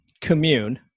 commune